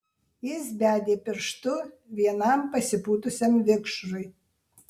jis bedė pirštu vienam pasipūtusiam vikšrui